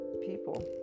people